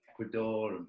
Ecuador